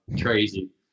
crazy